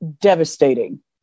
devastating